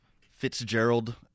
Fitzgerald